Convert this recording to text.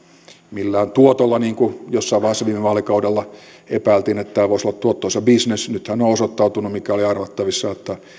millään tuotolla niin kuin jossain vaiheessa viime vaalikaudella epäiltiin että tämä voisi olla tuottoisa bisnes nythän on osoittautunut mikä oli arvattavissa että